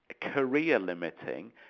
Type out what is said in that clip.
career-limiting